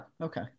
Okay